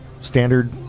standard